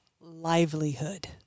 livelihood